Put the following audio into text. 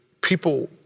people